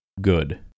good